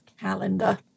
calendar